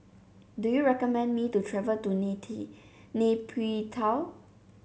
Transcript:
do you recommend me to travel to Nay Pyi Taw